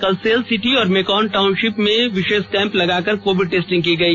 कल सेल सिटी और मेकॉन टाऊनशिप में विशेष कैम्प लगाकर कोविड टेस्टिंग की गई